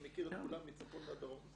אני מכיר את כולם מצפון ועד דרום.